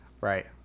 right